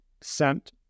sent